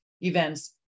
events